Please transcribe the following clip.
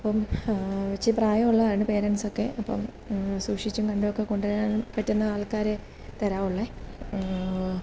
അപ്പോള് ഇച്ചി പ്രായം ഉള്ളതാണ് പാരൻറ്റ്സൊക്കെ അപ്പോള് സൂക്ഷിച്ചും കണ്ടുമൊക്ക കൊണ്ടുവരാൻ പറ്റുന്ന ആൾക്കാരെയേ തരാവൊള്ളേ